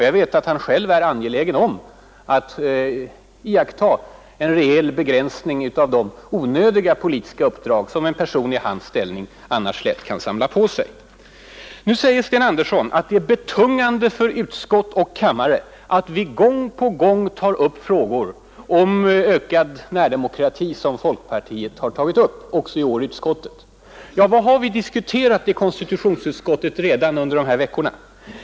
Jag vet att han själv är angelägen om att iaktta en rejäl begränsning av de onödiga politiska uppdrag som en person i hans ställning annars lätt kan samla på sig. Nu säger Sten Andersson att det är betungande för utskott och kammare att vi i folkpartiet gång på gång tar upp frågorna om ökad närdemokrati. Ja, vad har vi diskuterat i konstitutionsutskottet redan under de här veckorna?